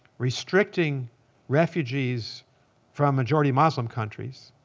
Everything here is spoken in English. restricting refugees from majority muslim countries,